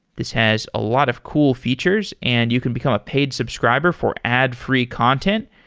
this has a lot of cool features and you can become a paid subscriber for ad-free content.